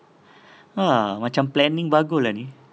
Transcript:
ah macam planning bar goal lah ni